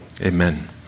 Amen